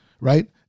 right